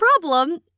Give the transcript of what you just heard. problem